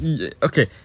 okay